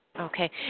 Okay